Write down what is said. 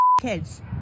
kids